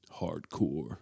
hardcore